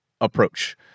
approach